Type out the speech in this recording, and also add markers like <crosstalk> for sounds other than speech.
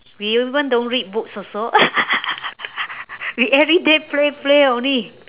we even don't read books also <laughs> we everyday play play only